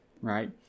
Right